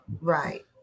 Right